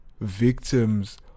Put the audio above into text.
victims